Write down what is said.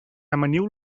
amaniu